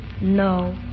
No